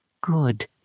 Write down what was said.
good